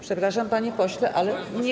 Przepraszam, panie pośle, ale nie